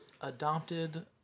Adopted